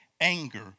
anger